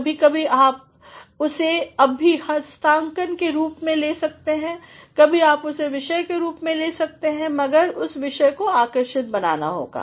कभी कभी आप उसे अभिहस्तांकन के रूप में लेते हैं कभी आप उसे विषय के रूप में लेते हैं मगर उस विषय को आकर्षित बनाना होगा